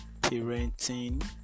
parenting